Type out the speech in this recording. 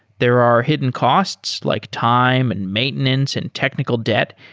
there are hidden costs like time, and maintenance, and technical debt,